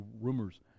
rumors